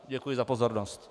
Děkuji za pozornost.